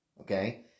Okay